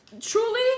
truly